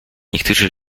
niektórzy